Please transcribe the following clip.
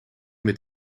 met